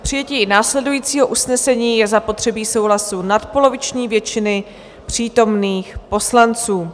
K přijetí následujícího usnesení je zapotřebí souhlasu nadpoloviční většiny přítomných poslanců.